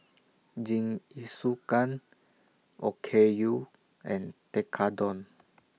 Jingisukan Okayu and Tekkadon